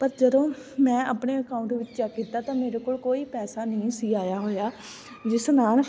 ਪਰ ਜਦੋਂ ਮੈਂ ਆਪਣੇ ਅਕਾਊਂਟ ਵਿੱਚ ਚੈੱਕ ਕੀਤਾ ਤਾਂ ਮੇਰੇ ਕੋਲ ਕੋਈ ਪੈਸਾ ਨਹੀਂ ਸੀ ਆਇਆ ਹੋਇਆ ਜਿਸ ਨਾਲ